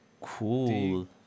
Cool